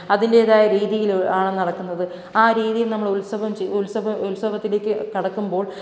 അതിന്റെതായ രീതിയിൽ ആണ് നടക്കുന്നത് ആ രീതിയില് നമ്മള് ഉത്സവം ച് ഉത്സവം ഉത്സവത്തിലേക്ക് കടക്കുമ്പോള്